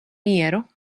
mieru